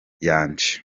yanjye